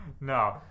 No